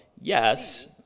yes